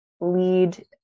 lead